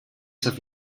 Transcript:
have